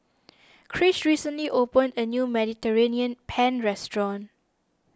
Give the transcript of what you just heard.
Krish recently opened a new Mediterranean Penne restaurant